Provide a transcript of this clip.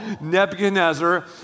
Nebuchadnezzar